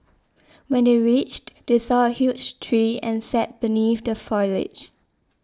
when they reached they saw a huge tree and sat beneath the foliage